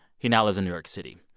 he now lives in new york city.